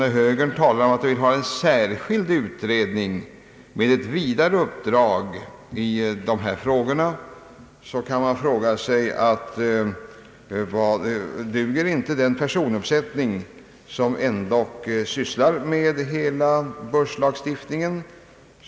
När moderata samlingspartiet önskar en särskild utredning med ett vidare uppdrag kan man ställa den frågan: Duger inte de personer som sysslar med en översyn av hela börslagstiftningen?